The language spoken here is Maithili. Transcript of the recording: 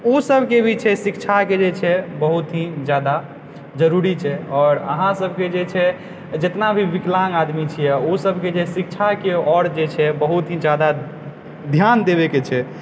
ओ सभकऽ भी जे छे शिक्षा के जे छै बहुत ही जादा जरूरी छै आओर अहाँसभके जे छै जितना भी विकलाङग आदमी छियै ओसभके शिक्षाके आओर जे छै बहुत ही जादा ध्यान देबयकऽ छै